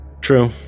True